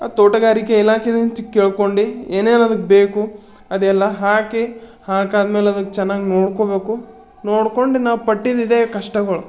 ಅದು ತೋಟಗಾರಿಕೆ ಇಲಾಖೆಯಿಂದ ಕೇಳ್ಕೊಂಡು ಏನೇನದಕ್ಕೆ ಬೇಕು ಅದೆಲ್ಲ ಹಾಕಿ ಹಾಕಾದ್ಮೇಲೆ ಅದಕ್ಕೆ ಚೆನ್ನಾಗಿ ನೋಡ್ಕೊಳ್ಬೇಕು ನೋಡ್ಕೊಂಡು ನಾನು ಪಟ್ಟಿದ್ದಿದೆ ಕಷ್ಟಗಳು